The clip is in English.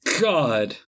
God